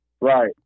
Right